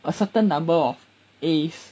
a certain number of As